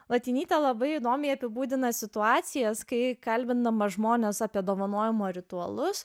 latinytė labai įdomiai apibūdina situacijas kai kalbindama žmones apie dovanojimo ritualus